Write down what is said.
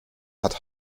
hat